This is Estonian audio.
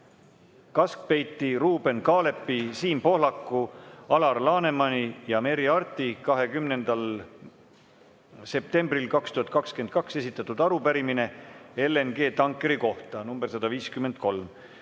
Kaskpeiti, Ruuben Kaalepi, Siim Pohlaku, Alar Lanemani ja Merry Aarti 20. septembril 2022 esitatud arupärimine LNG tankeri kohta (nr 153).